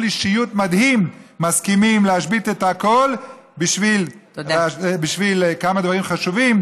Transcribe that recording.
אישיות מדהים מסכימים להשבית את הכול בשביל כמה דברים חשובים.